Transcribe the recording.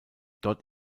dort